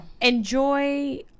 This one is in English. Enjoy